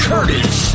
Curtis